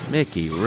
Mickey